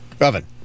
Oven